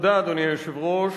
אדוני היושב-ראש,